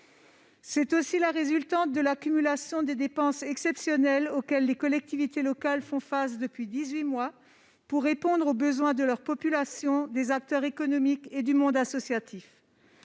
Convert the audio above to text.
C'est aussi la résultante de l'accumulation des dépenses exceptionnelles auxquelles les collectivités locales font face depuis dix-huit mois pour répondre aux besoins de leurs populations, des acteurs économiques et du monde associatif.